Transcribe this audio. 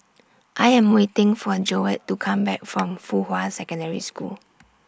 I Am waiting For Joette to Come Back from Fuhua Secondary School